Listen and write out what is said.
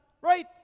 right